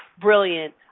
brilliant